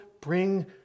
bring